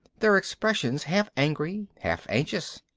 their expressions half angry, half anxious.